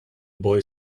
boy